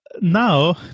now